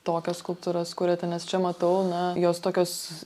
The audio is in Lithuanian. tokias skulptūras kuriate nes čia matau na jos tokios